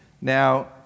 Now